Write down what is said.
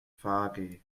vage